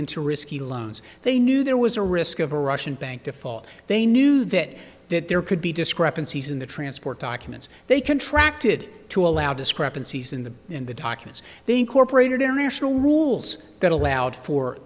into risky loans they knew there was a risk of a russian bank default they knew that that there could be discrepancies in the transport documents they contract did to allow discrepancies in the in the documents they incorporated international rules that allowed for